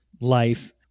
life